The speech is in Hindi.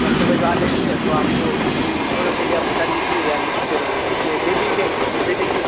तो आपको भिजवा देंगे तो आपको जो जो चाहिए आप बता दिजिए या लिश्ट में दे दिजिए हम आपको दे देंगे